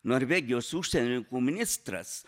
norvegijos užsienio reikalų ministras